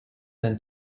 than